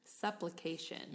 supplication